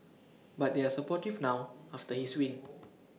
but they are supportive now after his win